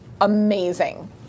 amazing